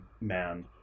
man